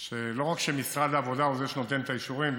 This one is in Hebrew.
שלא רק שמשרד העבודה הוא שנותן את האישורים,